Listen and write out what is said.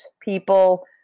people